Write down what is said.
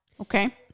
okay